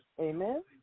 Amen